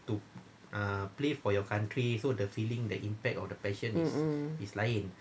mmhmm